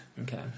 Okay